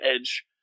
Edge